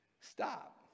Stop